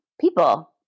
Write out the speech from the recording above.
people